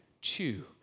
Chew